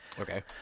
Okay